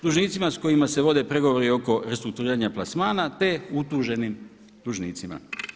Dužnicima sa kojima se vode pregovori oko restrukturiranja plasmana, te utuženim dužnicima.